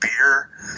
beer